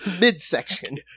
midsection